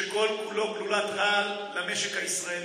שכל-כולו גלולת רעל למשק הישראלי.